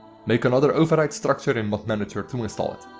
make another override structure in mod manager to install it.